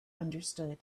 understood